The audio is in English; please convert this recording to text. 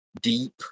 deep